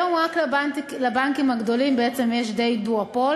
היום רק לבנקים הגדולים, בעצם יש די דואופול.